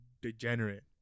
degenerate